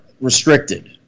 restricted